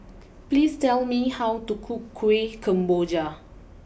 please tell me how to cook Kueh Kemboja